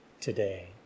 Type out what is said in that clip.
today